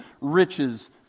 riches